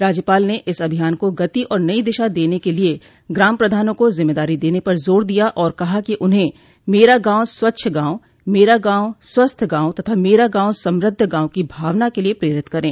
राज्यपाल ने इस अभियान को गति और नई दिशा देने के लिये ग्राम प्रधानों को जिम्मेदारी देने पर जोर दिया और कहा कि उन्हें मेरा गांव स्वच्छ गांव मेरा गांव स्वस्थ गांव तथा मेरा गांव समृद्ध गांव की भावना के लिये प्रेरित करें